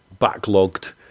backlogged